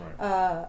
right